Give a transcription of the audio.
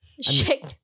Shake